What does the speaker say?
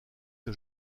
que